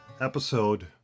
episode